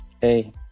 hey